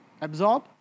absorb